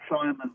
Simon